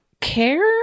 care